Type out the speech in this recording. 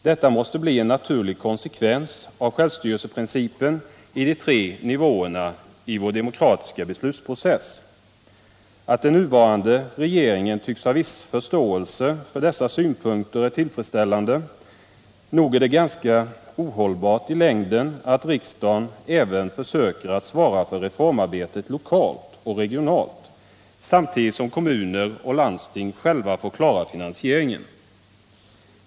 Detta måste bli en naturlig konsekvens av självstyrelseprincipen i de tre nivåerna i vår demokratiska beslutsprocess. Att den nuvarande regeringen tycks ha viss förståelse för dessa synpunkter är tillfredsställande. Nog är det ganska ohållbart i längden att riksdagen även försöker att svara för reformarbetet lokalt och regionalt, samtidigt som kommuner och landsting själva får klara finansieringen.